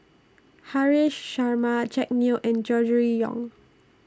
Haresh Sharma Jack Neo and Gregory Yong